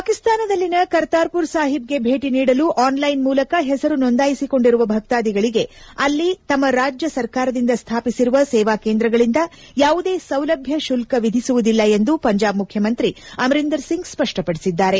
ಪಾಕಿಸ್ತಾನದಲ್ಲಿನ ಕರ್ತಾರ್ಮರ್ ಸಾಹಿಬ್ಗೆ ಭೇಟ ನೀಡಲು ಆನ್ಲೈನ್ ಮೂಲಕ ಹೆಸರು ನೋಂದಾಯಿಸಿಕೊಂಡಿರುವ ಭಕ್ತಾದಿಗಳಿಗೆ ಅಲ್ಲಿ ತಮ್ಮ ರಾಜ್ಯ ಸರಕಾರದಿಂದ ಸ್ಥಾಪಿಸಿರುವ ಸೇವಾ ಕೇಂದ್ರಗಳಿಂದ ಯಾವುದೇ ಸೌಲಭ್ಯ ಶುಲ್ಕ ವಿಧಿಸುವುದಿಲ್ಲ ಎಂದು ಪಂಜಾಬ್ ಮುಖ್ಯಮಂತ್ರಿ ಅಮರಿಂದರ್ ಸಿಂಗ್ ಸ್ವಪ್ಪಪಡಿಸಿದ್ದಾರೆ